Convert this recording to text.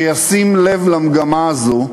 שישים לב למגמה הזו,